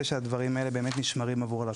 שהדברים האלה באמת נשמרים עבור הלקוחות.